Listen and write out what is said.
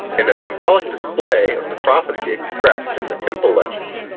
in a symbolic display of the prophecy expressed in the temple legend,